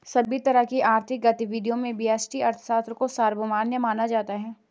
सभी तरह की आर्थिक गतिविधियों में व्यष्टि अर्थशास्त्र को सर्वमान्य माना जाता है